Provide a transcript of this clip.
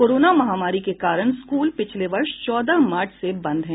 corona महामारी के कारण स्कूल पिछले वर्ष चौदह मार्च से बंद हैं